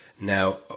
Now